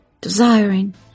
desiring